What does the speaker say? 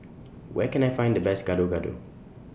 Where Can I Find The Best Gado Gado